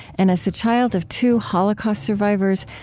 and as the child of two holocaust survivors,